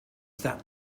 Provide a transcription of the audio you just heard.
that